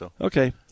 Okay